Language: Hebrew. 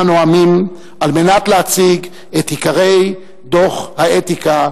הנואמים על מנת להציג את עיקרי דוח האתיקה,